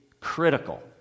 critical